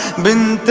been